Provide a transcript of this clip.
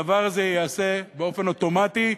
הדבר הזה ייעשה באופן אוטומטי,